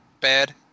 bad